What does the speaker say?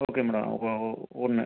okay madam ஒன்று